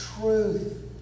truth